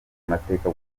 mateka